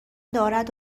دارد